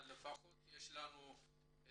אבל לפחות יש לנו הנתונים.